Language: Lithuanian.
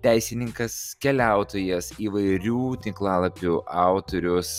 teisininkas keliautojas įvairių tinklalapių autorius